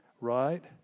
Right